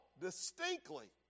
distinctly